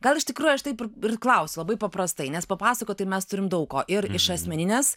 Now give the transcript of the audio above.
gal iš tikrųjų aš taip ir klausiu labai paprastai nes papasakot tai mes turime daug ko ir iš asmeninės